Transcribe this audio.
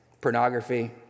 pornography